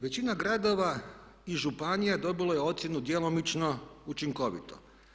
Većina gradova i županija dobilo je ocjenu djelomično učinkovito.